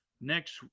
next